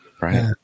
right